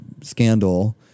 scandal